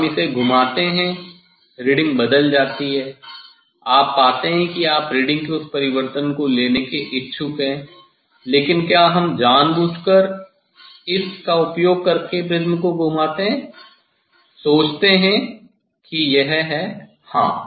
हम इसे घुमाते हैं रीडिंग बदल जाती है आप पाते हैं कि आप रीडिंग के उस परिवर्तन को लेने के इच्छुक हैं लेकिन क्या हम जानबूझकर इस का उपयोग करके प्रिज्म को घुमाते हैं सोचते हैं कि यह है हाँ